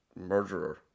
murderer